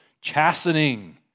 Chastening